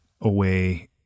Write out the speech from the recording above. away